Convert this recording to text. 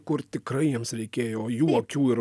kur tikrai jiems reikėjo jų akių ir